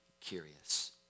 curious